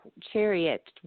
chariot